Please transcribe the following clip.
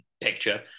picture